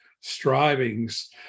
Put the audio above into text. strivings